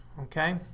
okay